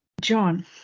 John